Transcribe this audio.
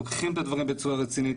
לוקחים את הדברים בצורה רצינית,